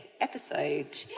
episode